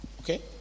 okay